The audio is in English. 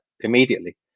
immediately